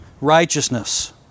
righteousness